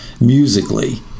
musically